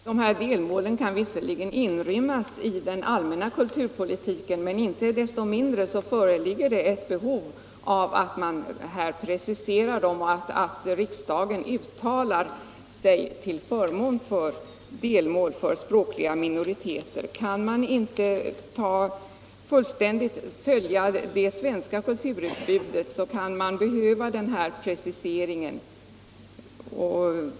Herr talman! De här delmålen kan visserligen inrymmas i den allmänna kulturpolitiken, men inte desto mindre föreligger ett behov av att här precisera dem och av att riksdagen uttalar sig till förmån för delmål för språkliga minoriteter. Den som inte fullständigt kan följa det svenska kulturutbudet kan behöva den här preciseringen.